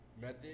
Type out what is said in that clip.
method